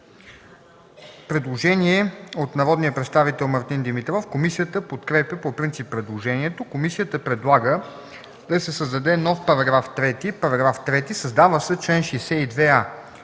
Предложение от народния представител Мартин Димитров. Комисията подкрепя по принцип предложението. Комисията предлага да се създаде нов § 3: „§ 3. Създава се чл. 62а: